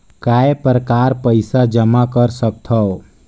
काय प्रकार पईसा जमा कर सकथव?